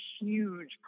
huge